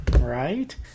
right